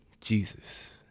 Jesus